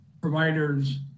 providers